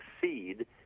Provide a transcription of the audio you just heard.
succeed